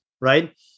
right